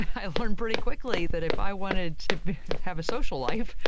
i learned pretty quickly that if i wanted to have a social life,